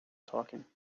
talking